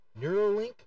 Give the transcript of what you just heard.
Neuralink